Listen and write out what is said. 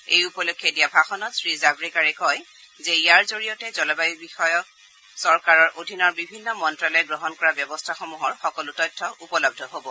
এই উপলক্ষে দিয়া ভাষণত শ্ৰীজাভড়েকাৰে কয় যে ইয়াৰ জৰিয়তে জলবায়ু পৰিৱৰ্তন বিষয়ক চৰকাৰৰ অধীনৰ বিভিন্ন মন্ত্যালয়ে গ্ৰহণ কৰা ব্যৱস্থাসমূহৰ সকলো তথ্য উপলৰূ হ'ব